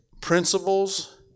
principles